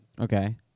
Okay